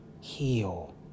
Heal